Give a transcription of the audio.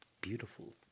beautiful